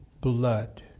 blood